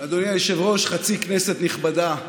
אדוני היושב-ראש, חצי כנסת נכבדה,